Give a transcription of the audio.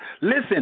listen